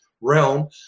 realm